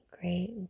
great